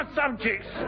subjects